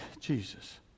Jesus